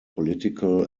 political